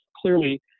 clearly